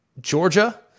Georgia